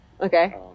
Okay